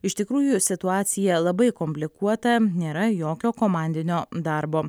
iš tikrųjų situacija labai komplikuota nėra jokio komandinio darbo